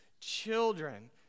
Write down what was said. children